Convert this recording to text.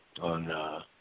on